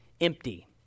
empty